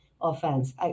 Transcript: offense